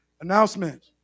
Announcement